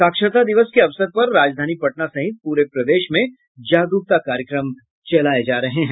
साक्षरता दिवस के अवसर पर राजधानी पटना सहित पूरे प्रदेश में जागरूकता कार्यक्रम चलाये जा रहे हैं